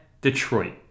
Detroit